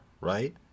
right